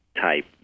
type